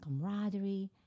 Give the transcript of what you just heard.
camaraderie